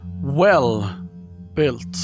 well-built